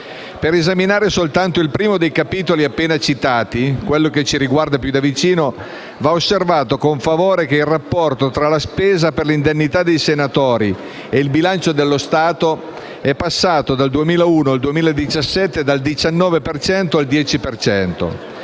Per esaminare soltanto il primo dei capitoli appena citati, quello che ci riguarda più da vicino, va osservato con favore che il rapporto tra la spesa per le indennità dei senatori e il bilancio del Senato è passato dal 2001 al 2017 dal 19 per